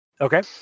Okay